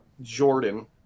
Jordan